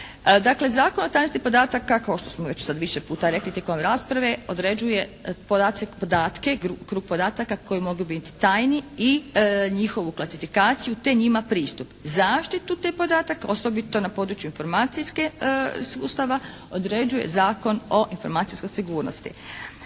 Dakle Zakon o tajnosti podataka kao što smo sad više puta rekli tijekom ove rasprave određuje …/Govornik se ne razumije./… podatke, krug podataka koji mogu biti tajni i njihovu klasifikaciju te njima pristup. Zaštitu tih podataka osobito na području informacijske …/Govornik se ne razumije./… određuje Zakon o informacijskoj sigurnosti.